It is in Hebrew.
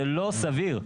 זה לא סביר.